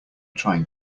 trying